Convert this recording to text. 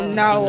no